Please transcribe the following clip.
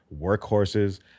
workhorses